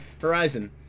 horizon